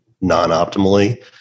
non-optimally